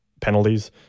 penalties